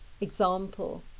example